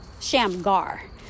Shamgar